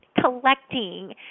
collecting